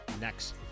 next